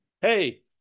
Hey